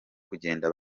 kugenda